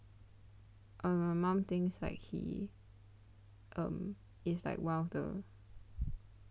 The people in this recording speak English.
err my mom thinks like he um is like one of the